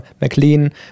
McLean